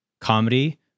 comedy